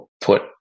put